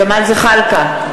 ג'מאל זחאלקה,